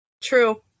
True